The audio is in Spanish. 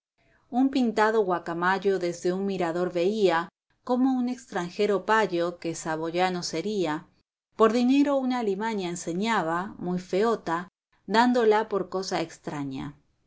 un pintado guacamayo desde un mirador veía cómo un extranjero payo que saboyano sería por dinero una alimaña enseñaba muy feota dándola por cosa extraña